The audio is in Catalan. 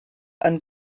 han